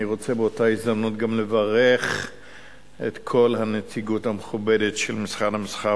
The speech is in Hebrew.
באותה הזדמנות אני רוצה גם לברך את כל הנציגות המכובדת של משרד המסחר